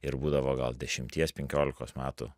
ir būdavo gal dešimties penkiolikos metų